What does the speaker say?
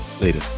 Later